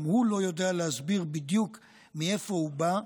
גם הוא לא יודע להסביר בדיוק מאיפה הוא בא.